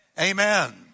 Amen